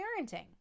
parenting